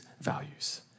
values